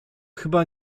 chyba